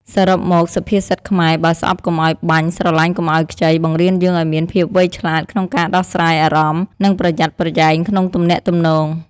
សរុបមក សុភាសិតខ្មែរ "បើស្អប់កុំឲ្យបាញ់ ស្រឡាញ់កុំឲ្យខ្ចី" បង្រៀនយើងឲ្យមានភាពវៃឆ្លាតក្នុងការដោះស្រាយអារម្មណ៍ និងប្រយ័ត្នប្រយែងក្នុងទំនាក់ទំនង។